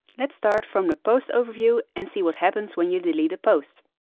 let's start from the posts overview and see what happens when you delete a post.